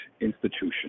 institution